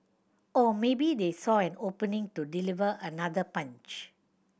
or maybe they saw an opening to deliver another punch